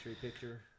picture